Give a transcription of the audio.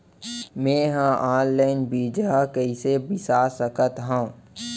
मे हा अनलाइन बीजहा कईसे बीसा सकत हाव